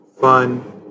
fun